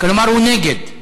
כלומר הוא נגד.